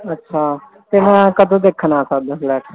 ਅੱਛਾ ਤੇ ਮੈਂ ਕਦੋਂ ਦੇਖਨ ਆ ਸਕਦਾ ਫਲੈਟ